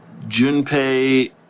Junpei